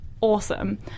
Awesome